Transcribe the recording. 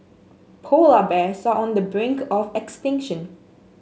polar bears are on the brink of extinction